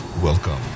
Welcome